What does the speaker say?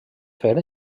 fer